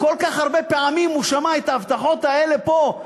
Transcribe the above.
כל כך הרבה פעמים הוא שמע את ההבטחות האלה פה.